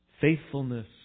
Faithfulness